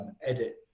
edit